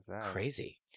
crazy